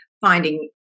finding